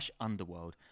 underworld